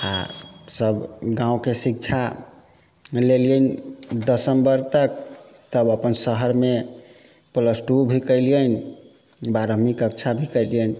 आ सभ गाँवके शिक्षा लेलियनि दशम वर्ग तक तब अपन शहरमे प्लस टू भी केलियनि बारहवीं कक्षा भी केलियनि